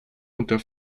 unter